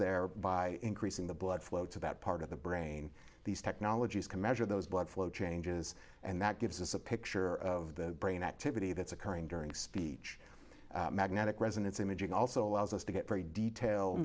there by increasing the blood flow to that part of the brain these technologies can measure those blood flow changes and that gives us a picture of the brain activity that's occurring during speech magnetic resonance imaging also allows us to get very detailed